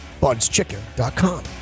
BudsChicken.com